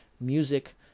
music